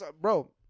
bro